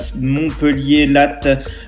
Montpellier-Latte